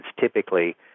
typically